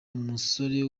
musore